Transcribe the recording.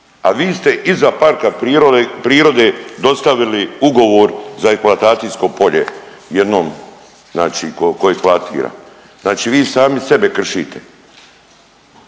a vi ste iza parka prirode dostavili ugovor za eksploatacijsko polje, jednom znači tko eksploatira. Znači vi sami sebe kršite.